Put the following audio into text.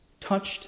touched